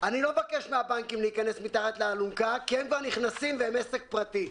אני לא מבקש מהבנקים להכנס מתחת לאלונקה כי הם כבר נכנסים והם עסק פרטי.